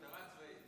משטרה צבאית.